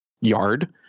yard